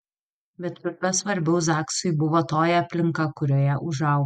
bet kur kas svarbiau zaksui buvo toji aplinka kurioje užaugo